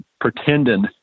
pretending